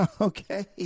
okay